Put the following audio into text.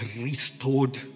restored